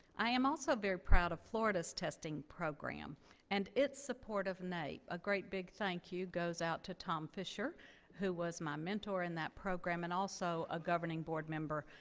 i am also very proud of florida's testing program and its support of naep. a great big thank you goes out to tom fisher who was my mentor in that program and also a governing board member,